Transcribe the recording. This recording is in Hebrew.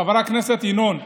חבר הכנסת ינון אזולאי,